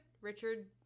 Richard